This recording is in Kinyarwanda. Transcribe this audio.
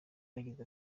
yagize